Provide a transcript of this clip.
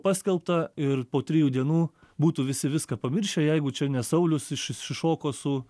paskelbta ir po trijų dienų būtų visi viską pamiršę jeigu čia ne saulius išs išsišoko su